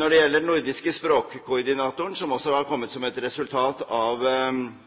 Når det gjelder den nordiske språkkoordinatoren, som har kommet som et resultat av